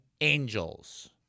angels